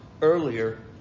earlier